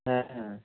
হ্যাঁ হ্যাঁ